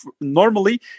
Normally